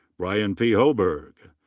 brian p. hoburg.